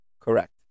Correct